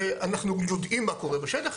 ואנחנו יודעים מה קורה בשטח,